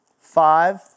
five